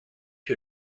que